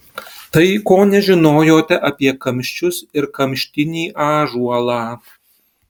tai ko nežinojote apie kamščius ir kamštinį ąžuolą